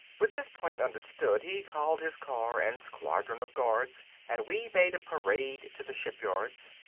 with this point understood he called his car and squadron of guards and we made a parade to the shipyards.